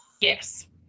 Yes